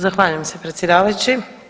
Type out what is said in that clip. Zahvaljujem se predsjedavajući.